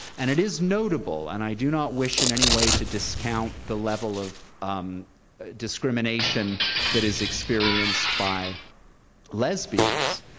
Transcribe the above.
and it is notable, and i do not wish in any way to discount the level of discrimination that is experienced by lesbians,